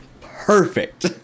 perfect